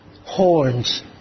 horns